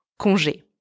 congé